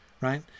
right